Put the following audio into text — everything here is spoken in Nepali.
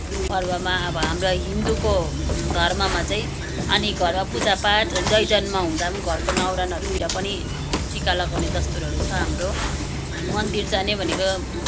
पर्वमा अब हाम्रा हिन्दूको धर्ममा चाहिँ अनि घरमा पुजापाठ जयजन्म हुँदा पनि घरको न्वारानहरूतिर पनि टिका लगाउने दस्तुरहरू छ हाम्रो मन्दिर जाने भनेको